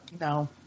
no